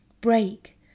Break